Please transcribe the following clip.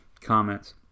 comments